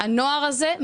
הנוער הזה,